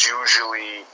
usually